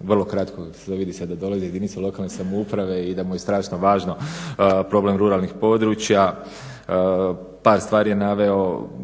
vrlo kratko vidi se da dolazi iz jedinice lokalne samouprave i da mu je strašno važno problem ruralnih područja. Par stvari je naveo